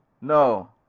no